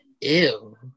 Ew